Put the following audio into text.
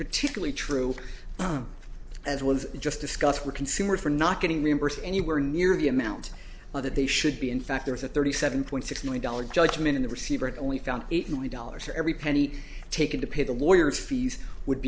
particularly true as was just discussed the consumer for not getting reimbursed anywhere near the amount that they should be in fact there's a thirty seven point six million dollars judgment in the receiver it only found eight million dollars every penny taken to pay the lawyers fees would